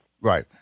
Right